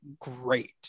great